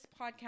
podcast